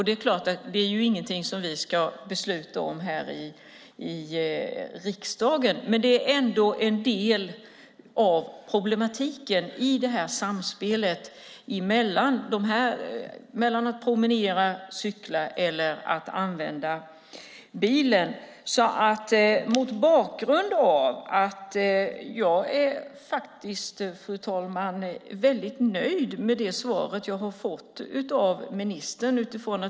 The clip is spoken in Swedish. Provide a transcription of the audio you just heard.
Det är ingenting som vi ska besluta om här i riksdagen, men det är en del av problematiken i samspelet mellan att promenera, cykla och använda bilen. Jag är, fru talman, väldigt nöjd med det svar jag har fått av ministern.